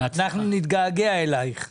אנחנו נתגעגע אליך.